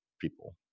people